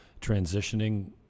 Transitioning